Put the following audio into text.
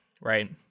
right